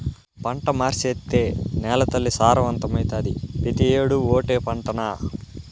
పంట మార్సేత్తే నేలతల్లి సారవంతమైతాది, పెతీ ఏడూ ఓటే పంటనా